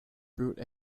brute